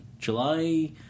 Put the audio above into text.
July